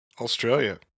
Australia